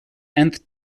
nth